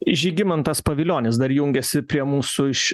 žygimantas pavilionis dar jungiasi prie mūsų iš